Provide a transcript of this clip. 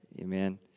Amen